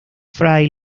fry